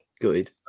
Good